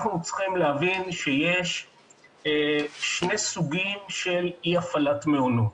אנחנו צריכים להבין שיש שני סוגים של אי הפעלת מעונות: